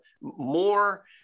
more